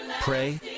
pray